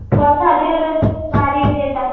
കുറച്ച് അധികം വാരിയിട് ചേട്ടാ